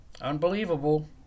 Unbelievable